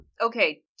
okay